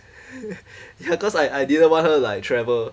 ya cause I I didn't want her to like travel